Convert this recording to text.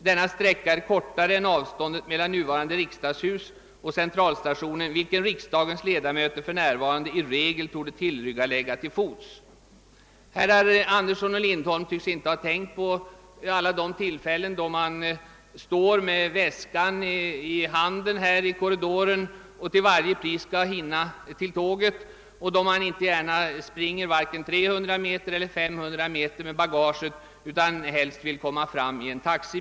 Denna sträcka är kortare än avståndet mellan nuvarande riksdagshus och Centralstationen, vilken riksdagens ledamöter för närvarande i regel torde tillryggalägga till fots». | Herrar Andersson i Brämhult och Lindholm tycks inte ha tänkt på alla de tillfällen då man står här i korridoren med väskan i handen och till varje pris måste hinna till tåget. Då springer man inte gärna vare sig 300 eller 300 meter med bagaget, utan man vill helst komma fram i en taxi.